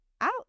out